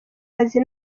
azi